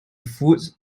foods